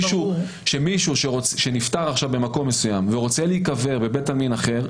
שאם מישהו נפטר עכשיו במקום מסוים ורוצה להיקבר בבית עלמין אחר,